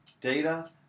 data